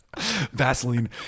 Vaseline